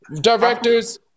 directors